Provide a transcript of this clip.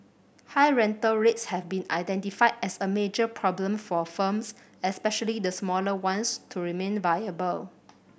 high rental rates have been identified as a major problem for firms especially the smaller ones to remain viable